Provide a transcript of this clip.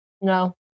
No